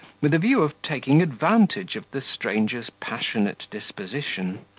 with a view of taking advantage of the stranger's passionate disposition.